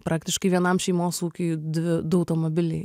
praktiškai vienam šeimos ūkiui dvi du automobiliai